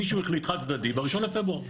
מישהו החליט חד צדדי ב-1 בפברואר.